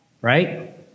Right